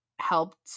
helped